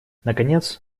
наконец